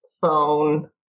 phone